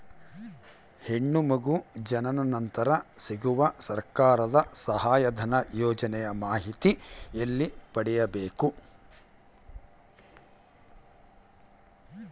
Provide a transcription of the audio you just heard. ಹೆಣ್ಣು ಮಗು ಜನನ ನಂತರ ಸಿಗುವ ಸರ್ಕಾರದ ಸಹಾಯಧನ ಯೋಜನೆ ಮಾಹಿತಿ ಎಲ್ಲಿ ಪಡೆಯಬೇಕು?